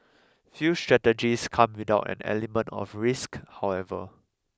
few strategies come without an element of risk however